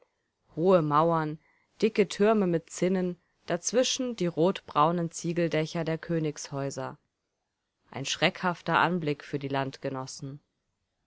hohe mauern dicke türme mit zinnen dazwischen die rotbraunen ziegeldächer der königshäuser ein schreckhafter anblick für die